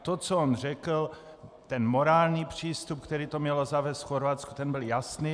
To, co on řekl, ten morální přístup, který to mělo zavést v Chorvatsku, ten byl jasný.